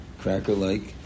cracker-like